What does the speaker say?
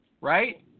right